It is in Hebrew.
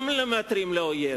לא מוותרים לאויב,